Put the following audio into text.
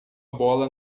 bola